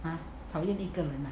!huh! 讨厌一个人 ah